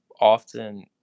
often